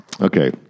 Okay